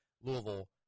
Louisville